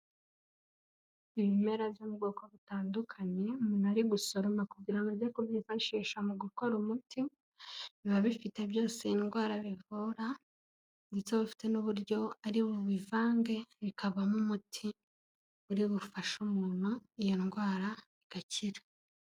Ibimera byo mu bwoko butandukanye umuntu ari gusoroma kugira ngo ajye ku byifashisha mu gukora umuti, biba bifite byose indwara bivura, ndetse aba afite n'uburyo ari bubivange bikabamo umuti uri bufashe umuntu, iyo ndwara igakira.